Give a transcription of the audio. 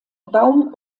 baum